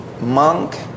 monk